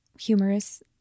humorous